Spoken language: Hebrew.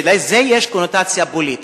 לזה יש קונוטציה פוליטית.